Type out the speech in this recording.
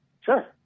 sure